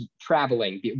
traveling